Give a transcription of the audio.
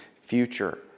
future